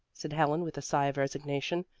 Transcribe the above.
said helen with a sigh of resignation.